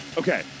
Okay